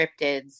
cryptids